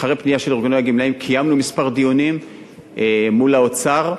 אחרי פנייה של ארגוני הגמלאים קיימנו כמה דיונים מול האוצר,